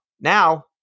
now